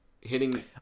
hitting